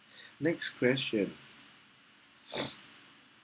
next question